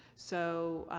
so.